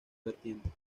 vertientes